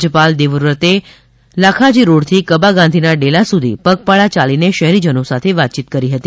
રાજ્યપાલ દેવવ્રતજીએ લાખાજીરોડથી કબા ગાંધીના ડેલા સુધી પગપાળા ચાલીને શહેરીજનો સાથે વાતચીત કરી હતી